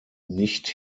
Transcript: nicht